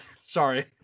Sorry